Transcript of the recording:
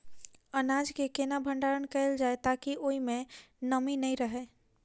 अनाज केँ केना भण्डारण कैल जाए ताकि ओई मै नमी नै रहै?